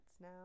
now